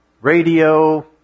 radio